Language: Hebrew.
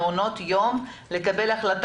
לעזור במענקים ברמה הזו שאנו יכולים להחליט מה